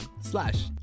slash